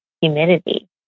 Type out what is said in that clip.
humidity